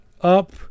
up